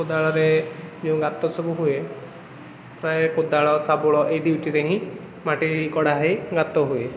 କୋଦାଳରେ ଯେଉଁ ଗାତ ସବୁ ହୁଏ ପ୍ରାୟ କୋଦାଳ ଶାବଳ ଏଇ ଦୁଇଟିରେ ହିଁ ମାଟି କଢ଼ା ହେଇ ଗାତ ହୁଏ